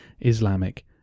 Islamic